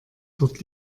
dort